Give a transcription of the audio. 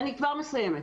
אני כבר מסיימת.